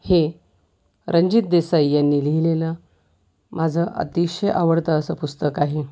हे रणजित देसाई यांनी लिहिलेलं माझं अतिशय आवडतं असं पुस्तक आहे